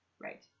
Right